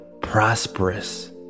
prosperous